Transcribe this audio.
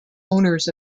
owners